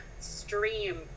stream